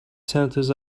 centers